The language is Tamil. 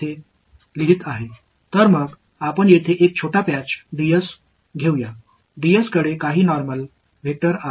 எனவே இங்கே ஒரு சிறிய இணைப்பு dS ஐ எடுத்துக்கொள்வோம் இந்த dS க்கு இங்கே சில சாதாரண வெக்டர் உள்ளது